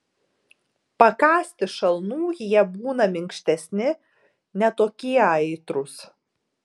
pakąsti šalnų jie būna minkštesni ne tokie aitrūs